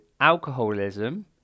alcoholism